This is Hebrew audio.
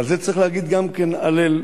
ועל זה צריך להגיד גם כן הלל.